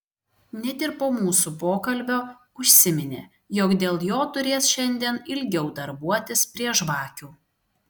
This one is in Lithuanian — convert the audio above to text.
net ir po mūsų pokalbio užsiminė jog dėl jo turės šiandien ilgiau darbuotis prie žvakių